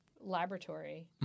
laboratory